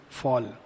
fall